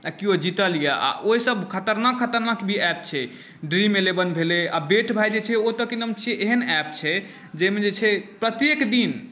किओ जीतल अछि आ ओहिसँ खतरनाक खतरनाक भी ऐप छै ड्रीम इलेवन भेलै आ बेट बाय जे छै ओ तऽ की नाम छियै तेहन ऐप छै जाहिमे जे छै प्रत्येक दिन